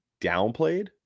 downplayed